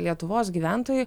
lietuvos gyventojai